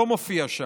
זה לא מופיע שם.